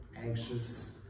anxious